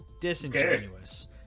Disingenuous